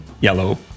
yellow